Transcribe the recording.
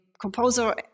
composer